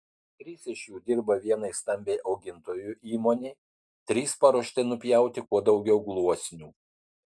trys iš jų dirba vienai stambiai augintojų įmonei trys paruošti nupjauti kuo daugiau gluosnių